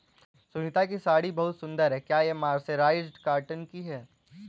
सुनीता की साड़ी बहुत सुंदर है, क्या ये मर्सराइज्ड कॉटन की है?